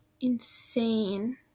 insane